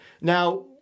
now